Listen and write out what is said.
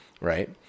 Right